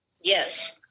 Yes